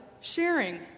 sharing